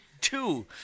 Two